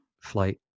flight